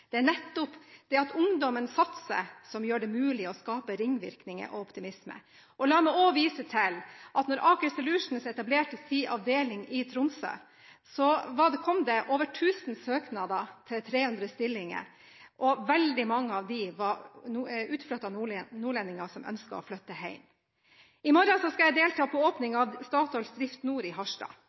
Det er nettopp det at ungdom satser som gjør det mulig å skape ringvirkninger og optimisme! La meg også vise til at da Aker Solutions etablerte sin avdeling i Tromsø, kom det over 1 000 søknader til 300 stillinger, og veldig mange av søkerne var utflyttede nordlendinger som ønsket å flytte hjem. I morgen skal jeg delta på åpningen av Statoils Drift Nord i Harstad